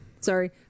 sorry